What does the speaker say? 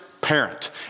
parent